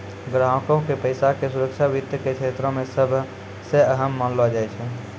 ग्राहको के पैसा के सुरक्षा वित्त के क्षेत्रो मे सभ से अहम मानलो जाय छै